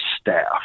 staff